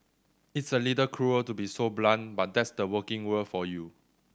it's a little cruel to be so blunt but that's the working world for you